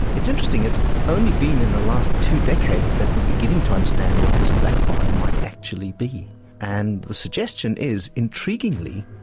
it's interesting, it's only been in the last two decades that we are beginning to understand what this black bile might actually be and the suggestion is, intriguingly,